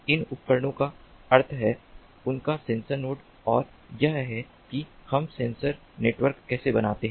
इन उपकरणों का अर्थ है उनका सेंसर नोड और यह है कि हम सेंसर नेटवर्क कैसे बनाते हैं